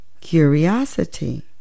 curiosity